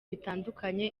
bitandukanye